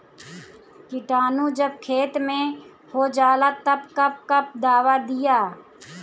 किटानु जब खेत मे होजाला तब कब कब दावा दिया?